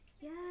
yes